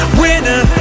winner